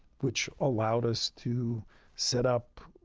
which allowed us to set up